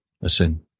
listen